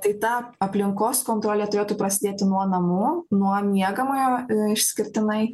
tai ta aplinkos kontrolė turėtų prasidėti nuo namų nuo miegamojo išskirtinai